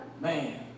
man